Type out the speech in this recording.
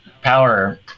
power